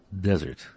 desert